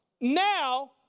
now